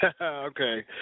Okay